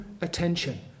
attention